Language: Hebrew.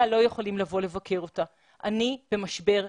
לא יכולים לבוא לבקר אותה שהיא במשבר נפשי.